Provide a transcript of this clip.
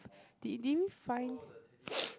did did we find